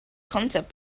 concept